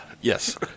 Yes